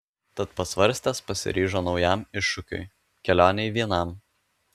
tad pasvarstęs pasiryžo naujam iššūkiui kelionei vienam